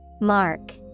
Mark